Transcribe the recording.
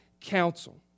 counsel